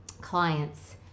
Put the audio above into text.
clients